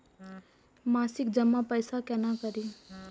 मासिक जमा पैसा केना करी?